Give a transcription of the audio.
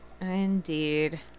Indeed